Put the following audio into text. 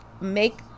make